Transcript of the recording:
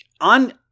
On